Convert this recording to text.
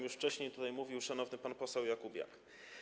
Już wcześniej tutaj mówił o tym szanowny pan poseł Jakubiak.